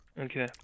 Okay